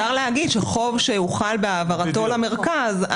אפשר להגיד שחוב שהוחל בהעברתו למרכז,